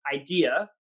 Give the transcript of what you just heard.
idea